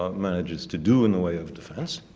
um manages to do in the way of defense.